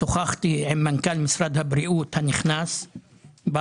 שוחחתי עם מנכ"ל משרד הבריאות הנכנס משה בר